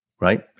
right